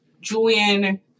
Julian